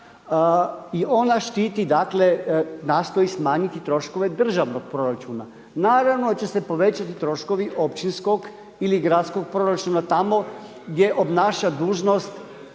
i ona štiti nastoji smanjiti troškove državnog proračuna. Naravno da će se povećati troškovi općinskog ili gradskog proračuna tamo gdje obnaša dužnost